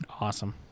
Awesome